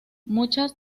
muchas